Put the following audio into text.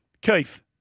Keith